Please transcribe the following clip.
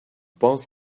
pense